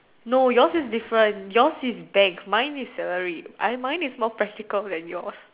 no yours is different yours is bank mine is salary I mine is more practical than yours